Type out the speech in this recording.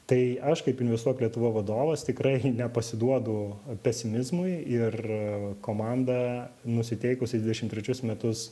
tai aš kaip investuok lietuvoj vadovas tikrai nepasiduodu pesimizmui ir komanda nusiteikusi dvidešimt trečius metus